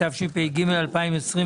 התשפ"ג-2023.